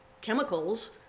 chemicals